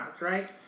Right